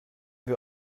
wir